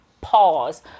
pause